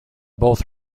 both